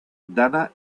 dana